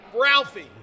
Ralphie